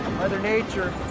mother nature.